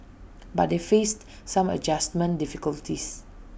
but they faced some adjustment difficulties